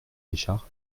richard